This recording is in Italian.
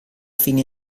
fini